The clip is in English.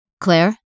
Claire